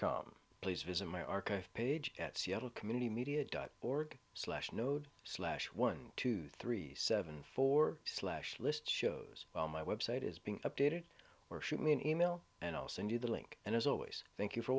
com please visit my archive page at seattle community media dot org slash node slash one two three seven four slash list shows my website is being updated or shoot me an email and i'll send you the link and as always thank you for